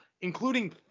including